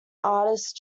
artist